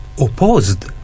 opposed